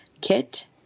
Kit